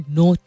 no